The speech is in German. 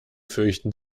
fürchten